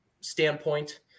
standpoint